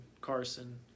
Carson